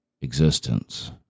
existence